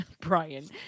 Brian